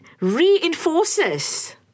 reinforces